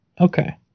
Okay